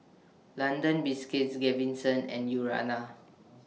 London Biscuits Gaviscon and Urana